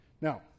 Now